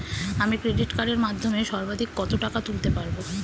আমি ক্রেডিট কার্ডের মাধ্যমে সর্বাধিক কত টাকা তুলতে পারব?